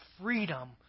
freedom